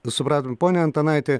supratom pone antanaiti